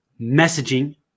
messaging